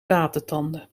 watertanden